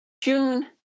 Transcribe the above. June